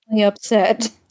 upset